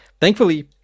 thankfully